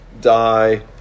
die